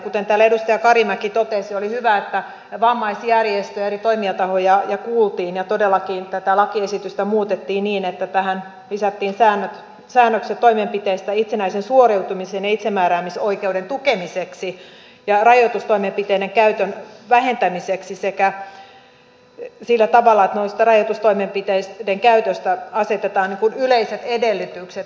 kuten täällä edustaja karimäki totesi oli hyvä että vammaisjärjestöjä eri toimijatahoja kuultiin ja todellakin tätä lakiesitystä muutettiin niin että tähän lisättiin säännökset toimenpiteistä itsenäisen suoriutumisen ja itsemääräämisoikeuden tukemiseksi ja rajoitustoimenpiteiden käytön vähentämiseksi sillä tavalla että noiden rajoitustoimenpiteiden käytölle asetetaan yleiset edellytykset